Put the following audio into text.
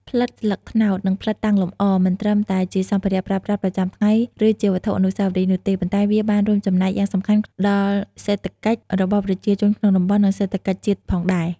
ផ្លិតស្លឹកត្នោត និងផ្លិតតាំងលម្អ មិនត្រឹមតែជាសម្ភារៈប្រើប្រាស់ប្រចាំថ្ងៃ ឬជាវត្ថុអនុស្សាវរីយ៍នោះទេ ប៉ុន្តែវាបានរួមចំណែកយ៉ាងសំខាន់ដល់សេដ្ឋកិច្ចរបស់ប្រជាជនក្នុងតំបន់ និងសេដ្ឋកិច្ចជាតិផងដែរ។